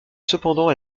cependant